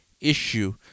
issue